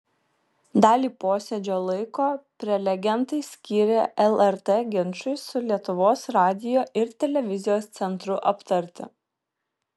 dalį posėdžio laiko prelegentai skyrė lrt ginčui su lietuvos radijo ir televizijos centru aptarti